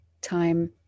time